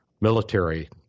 military